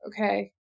Okay